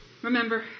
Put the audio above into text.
Remember